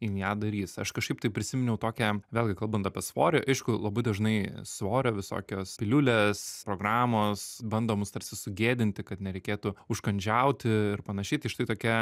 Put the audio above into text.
jin ją nedarys aš kažkaip taip prisiminiau tokią vėlgi kalbant apie svorį aišku labai dažnai svorio visokios piliulės programos bando mus tarsi sugėdinti kad nereikėtų užkandžiauti ir panašiai tai štai tokia